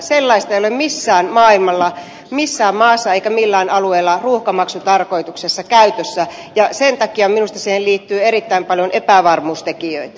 sellaista ei ole missään maailmalla missään maassa eikä millään alueella ruuhkamaksutarkoituksessa käytössä ja sen takia minusta siihen liittyy erittäin epävarmuustekijöitä